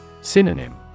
Synonym